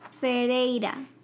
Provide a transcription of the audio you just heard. Ferreira